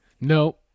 No